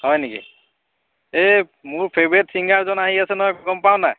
হয় নেকি এই মোৰ ফেভাৰেট ছিংগাৰজন আহি আছে নহয় গম পাও নাই